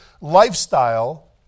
lifestyle